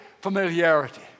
familiarity